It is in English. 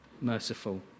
merciful